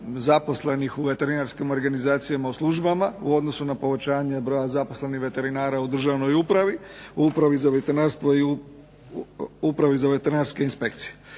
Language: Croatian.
zaposlenih u veterinarskim organizacijama, u službama, u odnosu na povećanje broja zaposlenih veterinara u državnoj upravi, u upravi za veterinarstvo i u upravi